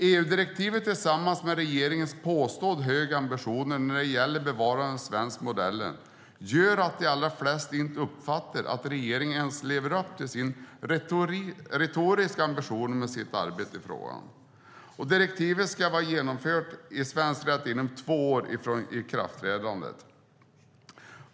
EU-direktivet tillsammans med regeringens påstått höga ambitioner när det gäller att bevara den svenska modellen gör att de allra flesta inte uppfattar att regeringen ens lever upp till sin retoriska ambition med sitt arbete i frågan. Direktivet ska vara genomfört i svensk rätt inom två år från ikraftträdandet.